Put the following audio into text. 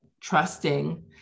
trusting